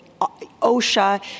OSHA